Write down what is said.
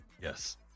Yes